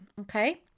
okay